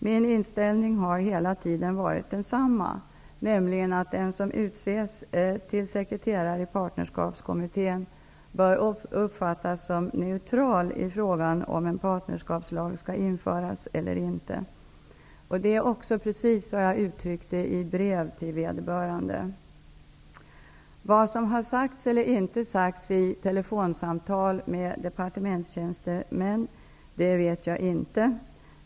Min inställning har hela tiden varit densamma, nämligen att den som utses till sekreterare i Partnerskapskommittén bör uppfattas som neutral i frågan om en partnerskapslag skall införas eller inte. Det är också precis vad jag uttryckte i brev till vederbörande. Vad som har sagts eller inte sagts i telefonsamtal med departementstjänstemän vet jag inte.